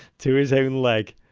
to his own leg.